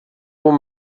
bon